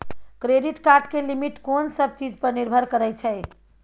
Credit card के limit कोन सब चीज पर निर्भर करै छै?